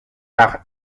par